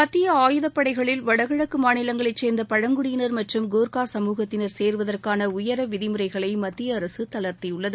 மத்திய ஆயுதப்படைகளில் வடகிழக்கு மாநிலங்களைச் சேர்ந்த பழங்குடியினர் மற்றும் கோர்க்கா சமூகத்தினர் சேருவதற்கான உயர விதிமுறைகளை மத்திய அரசு தளர்த்தியுள்ளது